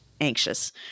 anxious